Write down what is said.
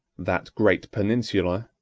that great peninsula,